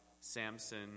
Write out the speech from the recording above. Samson